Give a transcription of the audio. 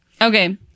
Okay